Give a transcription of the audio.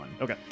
Okay